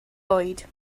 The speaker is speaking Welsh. oed